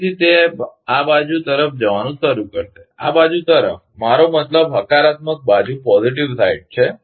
ફરીથી તે આ બાજુ તરફ જવાનું શરૂ કરશે આ બાજુ તરફ મારો મતલબ હકારાત્મક બાજુ છે